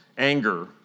Anger